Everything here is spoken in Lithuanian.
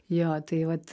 jo tai vat